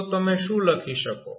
તો તમે શું લખી શકો